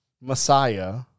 Messiah